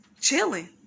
chilling